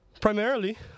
primarily